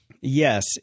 Yes